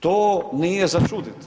To nije za čuditi.